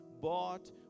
bought